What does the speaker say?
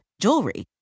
jewelry